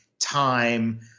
time